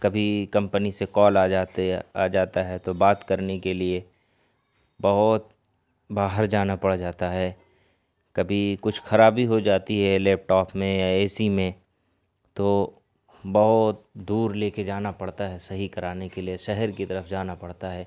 کبھی کمپنی سے کال آ جاتے یا جاتا ہے تو بات کرنے کے لیے بہت باہر جانا پڑ جاتا ہے کبھی کچھ خرابی ہو جاتی ہے لیپ ٹاپ میں یا اے سی میں تو بہت دور لے کے جانا پڑتا ہے صحیح کرانے کے لیے شہر کی طرف جانا پڑتا ہے